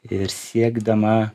ir siekdama